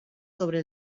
sobre